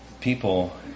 people